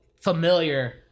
familiar